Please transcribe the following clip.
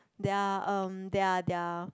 their um their their